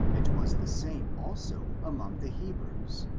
it was the same, also, among the hebrews,